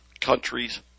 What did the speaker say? countries